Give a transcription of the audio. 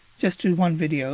just do one video.